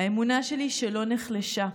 האמונה שלי שלא נחלשה,